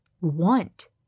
want